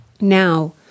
Now